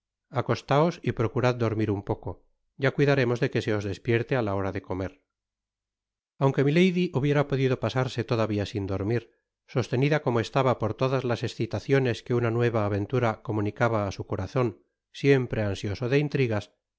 acostaos y procurad dormir un poco ya cuidaremos de que se os despierte á la hora de comer aunque milady hubiera podido pasarse todavia sin dormir sostenida como estaba por todas las escitaciones que una nueva aventura comunicaba á su corazon siempre ansioso de intrigas